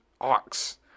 ox